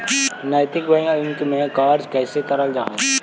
नैतिक बैंक में कार्य कैसे करल जा हई